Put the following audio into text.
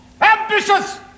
ambitious